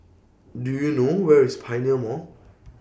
Do YOU know Where IS Pioneer Mall